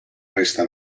resta